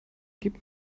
gib